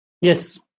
Yes